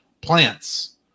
plants